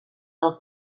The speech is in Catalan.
del